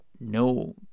no